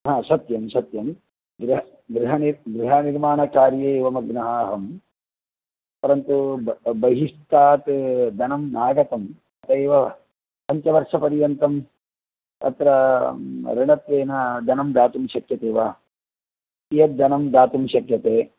हा सत्यं सत्यं गृह गृहनिर् गृहनिर्माणकार्ये एव मग्नः अहम् परन्तु बहि बहिष्ठात् धनं नागतम् अत एव पञ्चवर्षपर्यन्तम् अत्र ऋणत्वेन धनं दातुं शक्यते वा कीयत् धनं दातुं शक्यते